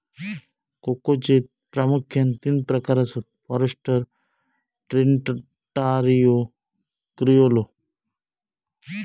कोकोचे प्रामुख्यान तीन प्रकार आसत, फॉरस्टर, ट्रिनिटारियो, क्रिओलो